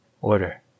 order